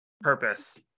purpose